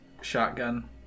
shotgun